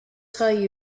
tell